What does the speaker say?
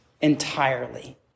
entirely